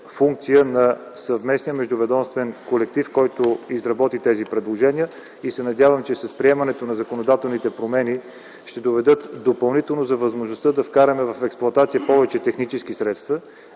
на съвместен междуведомствен колектив, който изработи тези предложения. Надявам се, че приемането на законодателните промени ще доведе допълнително до възможността да вкараме в експлоатация повече технически средства,